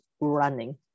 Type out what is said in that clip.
running